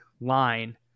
line